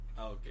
Okay